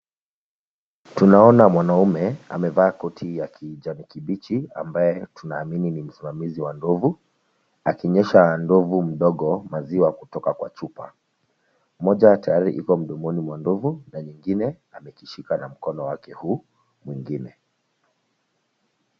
Tunaona mwanaume, amevaa koti ya kijani kibichi ambaye tunaamini ni msimazi wa ndovu, akinywesha ndovu mdogo maziwa kutoka kwa chupa. Moja tayari iko mdomoni mwa ndovu na nyingine, amekishika na mkono wake huu, mwingine.